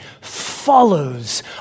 follows